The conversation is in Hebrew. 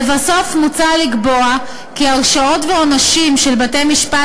לבסוף מוצע לקבוע כי הרשעות ועונשים של בתי-המשפט